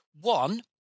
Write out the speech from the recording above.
One